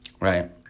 right